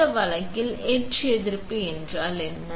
இந்த வழக்கில் எட்ச் எதிர்ப்பு என்றால் என்ன